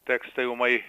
tekstai ūmai